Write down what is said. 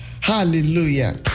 Hallelujah